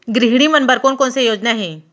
गृहिणी मन बर कोन कोन से योजना हे?